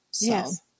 Yes